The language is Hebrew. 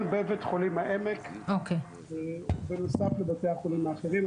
בבית חולים העמק בנוסף לבתי החולים האחרים,